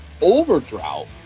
overdrought